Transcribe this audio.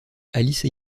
alice